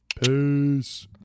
peace